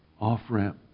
off-ramp